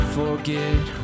forget